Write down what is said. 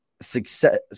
success